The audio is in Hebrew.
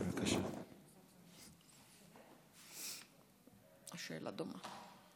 השאלה דומה.